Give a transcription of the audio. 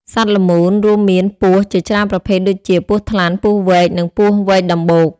សត្វល្មូន រួមមាន ពស់ ជាច្រើនប្រភេទដូចជា ពស់ថ្លាន់ ពស់វែក និងពស់វែកដំបូក។